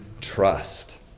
trust